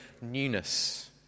newness